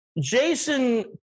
Jason